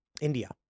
India